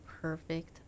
perfect